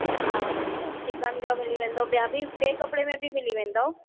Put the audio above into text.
हा त चिकन जो मिली वेंदव ॿिया बि ॿिए कपिड़े में बि मिली वेंदव